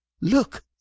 look